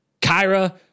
Kyra